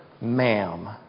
ma'am